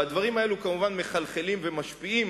והדברים האלה כמובן מחלחלים ומשפיעים